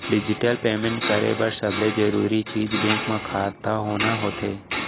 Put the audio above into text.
digital payment करे बर सबले जरूरी चीज बेंक म खाता होना होथे